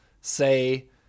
say